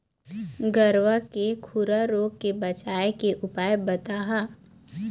गरवा के खुरा रोग के बचाए के उपाय बताहा?